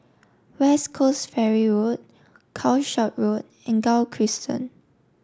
West Coast Ferry Road Calshot Road and Gul Crescent